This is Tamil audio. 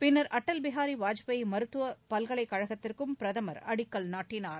பின்னர் அட்டல் பிகாரி வாஜ்பாய் மருத்துவ பல்கலைக்கழகத்திற்கும் பிரதமர் அடிக்கல் நாட்டினார்